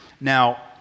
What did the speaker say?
Now